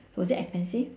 was it expensive